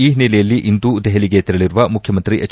ಈ ಹಿನ್ನೆಲೆಯಲ್ಲಿ ಇಂದು ದೆಹಲಿಗೆ ತೆರಳರುವ ಮುಖ್ಯಮಂತ್ರಿ ಎಚ್